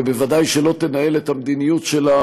ובוודאי שלא תנהל את המדיניות שלה,